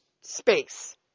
space